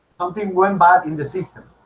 something went bad in the system